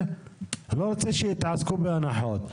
אני לא רוצה שהם יתעסקו עם הנחות,